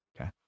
Okay